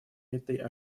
этой